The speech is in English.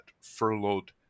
furloughed